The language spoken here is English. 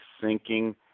sinking